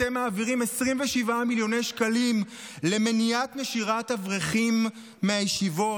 אתם מעבירים 27 מיליון שקלים למניעת נשירת אברכים מהישיבות?